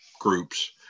groups